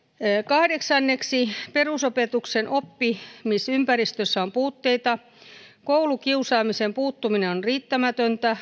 kahdeksanneksi perusopetuksen oppimisympäristössä on puutteita koulukiusaamiseen puuttuminen on riittämätöntä